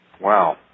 Wow